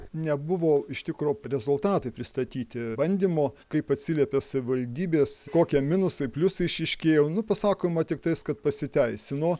nebuvo iš tikro rezultatai pristatyti bandymo kaip atsiliepė savivaldybės kokie minusai pliusai išryškėjo nu pasakoma tiktais kad pasiteisino